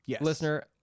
listener